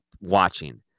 watching